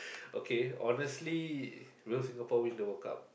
okay honestly will Singapore win the World Cup